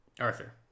Arthur